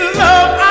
love